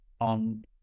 on